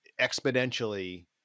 exponentially